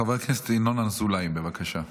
חבר הכנסת ינון אזולאי, בבקשה.